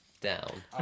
down